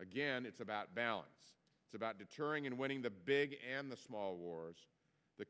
again it's about balance it's about deterring and winning the big and the small wars the